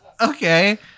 Okay